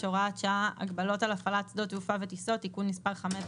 (הוראת שעה) (הגבלות על הפעלת שדות תעופה וטיסות) (תיקון מס' 5),